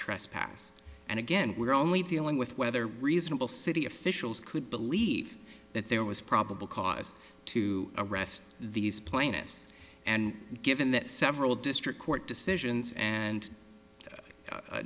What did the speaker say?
trespass and again we're only dealing with whether reasonable city officials could believe that there was probable cause to arrest these plaintiffs and given that several district court decisions and